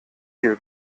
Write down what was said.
viel